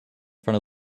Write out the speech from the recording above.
front